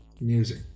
music